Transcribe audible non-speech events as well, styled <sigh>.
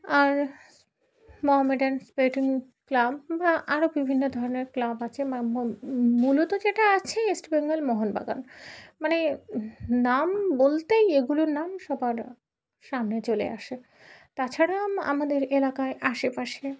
আর মহামেডান <unintelligible> club বা আরও বিভিন্ন ধরনের ক্লাব আছে মূলত যেটা আছে ইস্টবেঙ্গল মোহনবাগান মানে নাম বলতেই এগুলোর নাম সবার সামনে চলে আসে তাছাড়া আমাদের এলাকায় আশেপাশে